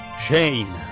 Shane